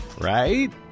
right